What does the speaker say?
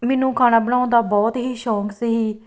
ਮੈਨੂੰ ਖਾਣਾ ਬਣਾਉਣ ਦਾ ਬਹੁਤ ਹੀ ਸ਼ੌਂਕ ਸੀ